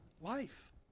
life